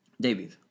David